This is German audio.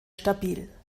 stabil